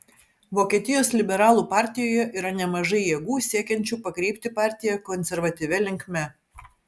vokietijos liberalų partijoje yra nemažai jėgų siekiančių pakreipti partiją konservatyvia linkme